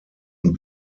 und